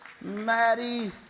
Maddie